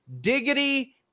diggity